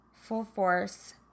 full-force